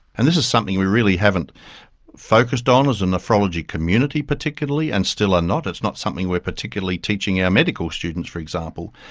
and this is something we really haven't focused on as a nephrology community particularly and still are not, it's not something we are particularly teaching our medical students, for example.